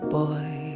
boy